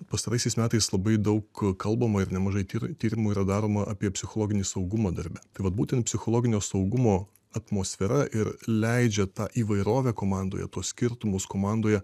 pastaraisiais metais labai daug kalbama ir nemažai tyrimų yra daroma apie psichologinį saugumą darbe tai vat būtent psichologinio saugumo atmosfera ir leidžia tą įvairovę komandoje tuos skirtumus komandoje